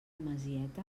masieta